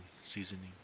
seasoning